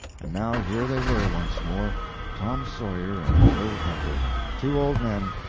and now here they were once more tom sawyer and joe harper two old men,